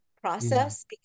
process